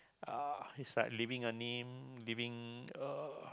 uh it's like leaving a name leaving uh